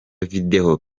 video